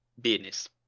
Business